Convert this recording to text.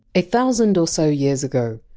a thousand or so years ago,